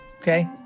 okay